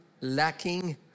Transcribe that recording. lacking